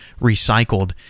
recycled